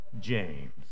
James